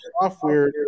software